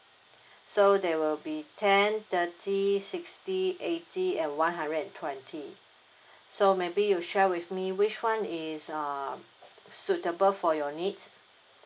so there will be ten thirty sixty eighty and one hundred and twenty so maybe you share with me which one is uh suitable for your needs